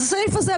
הסעיף הזה,